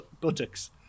buttocks